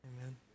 Amen